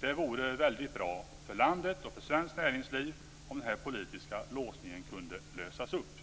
Det vore väldigt bra för landet och för svenskt näringsliv om den här politiska låsningen kunde lösas upp.